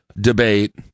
debate